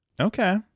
Okay